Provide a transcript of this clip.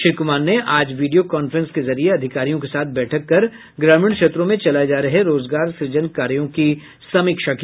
श्री कुमार ने आज video conference के जरिये अधिकारियों के साथ बैठक कर ग्रामीण क्षेत्रों में चलाये जा रहे रोजगार सृजन कार्यों की समीक्षा की